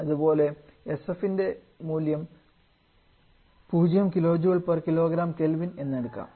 അതുപോലെ പോലെ sf ൻറ മൂല്യം 0kJkgK എന്ന് എടുക്കാം